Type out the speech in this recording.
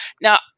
Now